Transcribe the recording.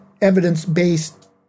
evidence-based